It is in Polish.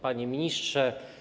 Panie Ministrze!